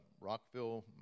Rockville